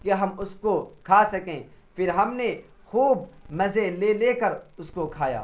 کہ ہم اس کو کھا سکیں پھر ہم نے خوب مزے لے لے کر اس کو کھایا